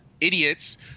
idiots